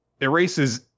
erases